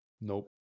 Nope